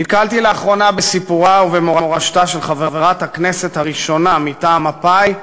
נתקלתי לאחרונה בסיפורה ובמורשתה של חברת הכנסת הראשונה מטעם מפא"י,